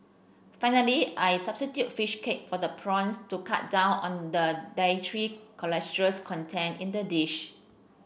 finally I substitute fish cake for the prawns to cut down on the dietary cholesterol content in the dish